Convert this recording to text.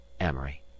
amory